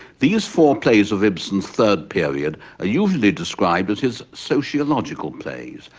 these four plays of ibsen's third period are usually described as his sociological plays,